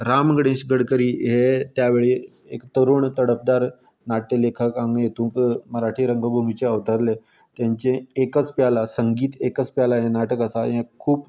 राम गणेश गडकरी हे त्या वेळेर एक तरूण तडफदार नाट्य लेखक आमी हितूंक मराठी रंगभुमीचेर अवतरले तेचें एकच प्याला संगीत एकच प्याला हें नाटक आसा हें खूब